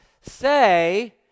say